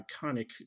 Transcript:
iconic